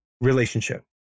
relationship